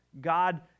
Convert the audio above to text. God